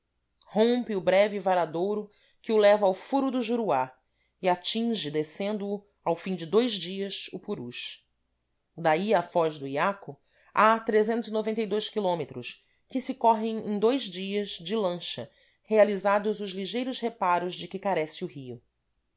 rompe o breve varadouro que o leva ao furo do juruá e atinge descendo o ao fim de dois dias o purus daí à faz do iaco há m que se correm em dois dias de lancha realizados os ligeiros reparos de que carece o rio